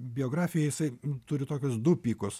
biografiją jisai turi tokius du pikus